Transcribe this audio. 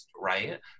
right